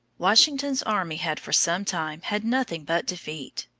washington's army had for some time had nothing but defeat.